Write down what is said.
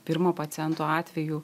pirmo paciento atveju